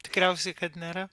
tikriausiai kad nėra